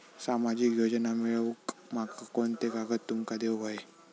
सामाजिक योजना मिलवूक माका कोनते कागद तुमका देऊक व्हये?